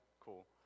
Cool